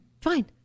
Fine